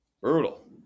Brutal